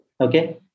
Okay